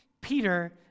Peter